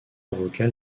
avocat